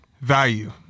value